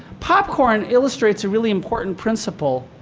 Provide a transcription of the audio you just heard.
popcorn illustrates a really important principle